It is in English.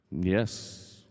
Yes